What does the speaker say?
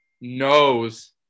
knows –